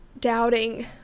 doubting